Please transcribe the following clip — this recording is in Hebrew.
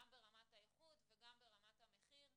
גם ברמת האיכות וגם ברמת המחיר,